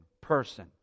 person